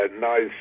nice